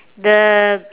the